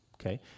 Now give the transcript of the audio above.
okay